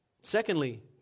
Secondly